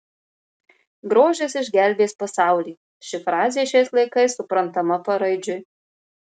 grožis išgelbės pasaulį ši frazė šiais laikais suprantama paraidžiui